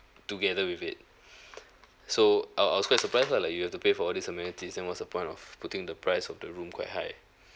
together with it so I I was quite surprised lah like you have to pay for all these amenities then what's the point of putting the price of the room quite high